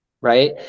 Right